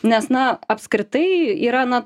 nes na apskritai yra na